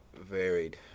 varied